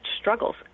struggles